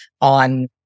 on